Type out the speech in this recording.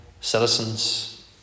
citizens